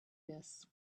this